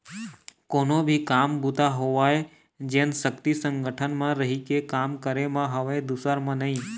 कोनो भी काम बूता होवय जेन सक्ति संगठन म रहिके काम करे म हवय दूसर म नइ